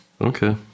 Okay